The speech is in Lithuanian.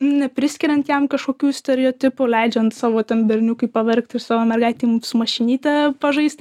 nepriskiriant jam kažkokių stereotipų leidžiant savo ten berniukui paverkt ir savo mergaitei su mašinyte pažaist